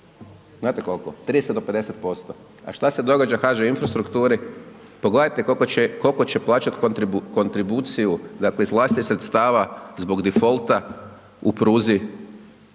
Znate kolko? 30 do 50%. A šta se događa HŽ infrastrukturi, pogledajte koliko će plaćat kontribuciju, dakle, iz vlastitih sredstava zbog difolta u pruzi,